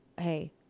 Hey